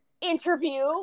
interview